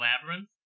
Labyrinth